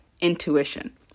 intuition